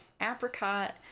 apricot